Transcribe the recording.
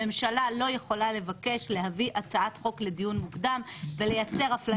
הממשלה לא יכולה לבקש להביא הצעת חוק דיון מוקדם ולייצר אפליה.